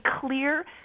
clear